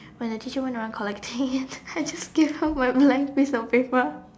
when the teacher went around collecting I just give him a blank piece of paper